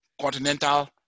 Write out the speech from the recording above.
Continental